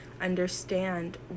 understand